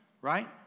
right